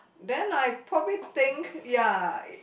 then I probably think ya